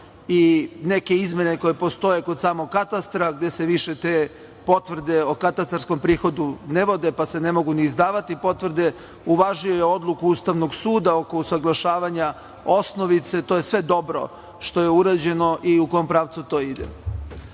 i neke izmene koje postoje kod samog Katastra, gde se više te potvrde o katastarskom prihodu ne vode pa se ne mogu ni izdavati potvrde. Uvažio je i odluku Ustavnog suda oko usaglašavanja osnovice. To je sve dobro što je urađeno i u kom pravcu to